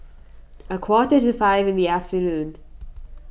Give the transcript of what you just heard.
a quarter to five in the afternoon